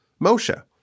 Moshe